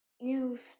news